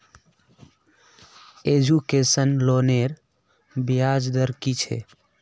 Education लोनेर ब्याज दर कि छे?